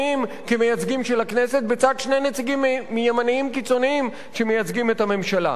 כמייצגים של הכנסת בצד שני נציגים ימנים קיצונים שמייצגים את הממשלה.